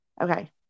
Okay